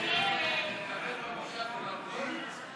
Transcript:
ההסתייגות (283) של חברת הכנסת קארין אלהרר לסעיף 1 לא נתקבלה.